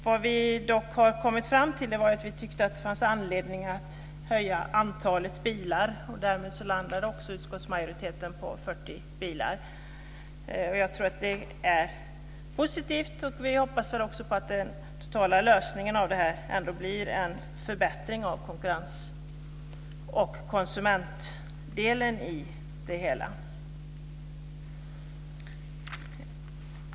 Vad vi dock har kommit fram till var att vi tyckte att det fanns anledning att höja antalet bilar. Därmed landade också utskottsmajoriteten på 40 bilar. Jag tror att det är positivt. Vi hoppas också att den totala lösningen av det här blir en förbättring av konkurrens och konsumentdelen.